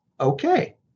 Okay